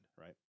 right